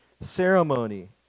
ceremony